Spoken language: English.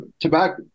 tobacco